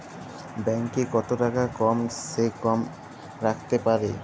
Bank এ কত টাকা কম সে কম রাখতে পারি?